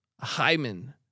Hyman